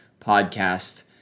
Podcast